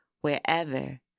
wherever